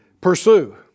pursue